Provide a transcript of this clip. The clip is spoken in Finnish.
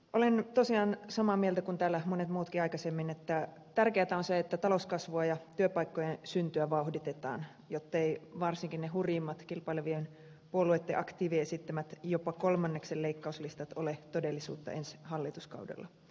olen tosiaan samaa mieltä kuin täällä monet muutkin aikaisemmin että tärkeätä on se että talouskasvua ja työpaikkojen syntyä vauhditetaan jotteivät varsinkaan ne hurjimmat kilpailevien puolueitten aktiivien esittämät jopa kolmanneksen leikkauslistat ole todellisuutta ensi hallituskaudella